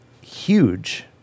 huge